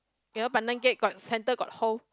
you know pandan cake got center got hole